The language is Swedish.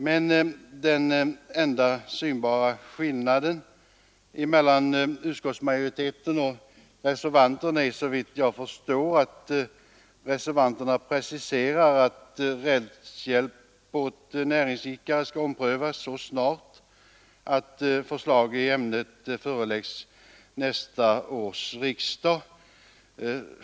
Den enda synbara skillnaden mellan utskottsmajoriteten och reservanterna är såvitt jag förstår att reservanterna preciserar att rättshjälp åt näringsidkare skall omprövas så snart att förslag i ämnet föreläggs nästa års riksdag.